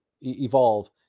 evolve